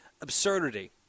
absurdity